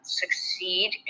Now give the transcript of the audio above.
succeed